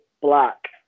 black